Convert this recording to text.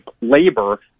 labor